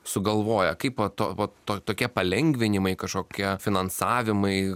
sugalvoja kaip vat to vat tokie palengvinimai kažkokie finansavimai